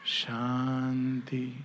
Shanti